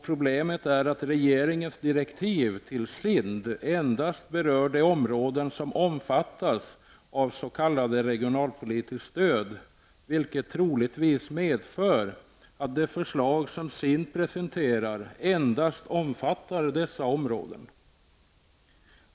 Problemet är att regeringens direktiv till SIND endast berör de områden som omfattas av s.k. regionalpolitiskt stöd, vilket troligtvis medför att de förslag som SIND presenterar endast omfattar dessa områden.